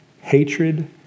hatred